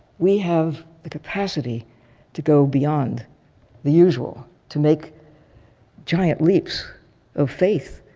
we have the capacity to go beyond the usual, to make giant leaps of faith,